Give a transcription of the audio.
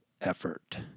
effort